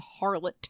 harlot